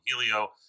Helio